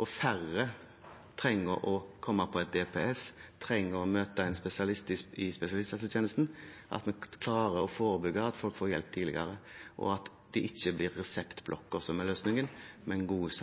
og at færre trenger å komme på et DPS, trenger å møte en spesialist i spesialisthelsetjenesten, at vi klarer å forebygge, at folk får hjelp tidligere, og at det ikke blir reseptblokker som er løsningen, men god